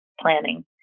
planning